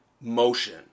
motion